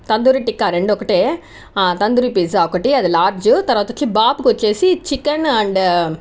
తందూరి టిక్కా రెండూ ఒకటే తందూరి పిజ్జా ఒకటి అది లార్జ్ తర్వాత వచ్చి బాబుకి వచ్చేసి చికెన్ అండ్